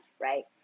right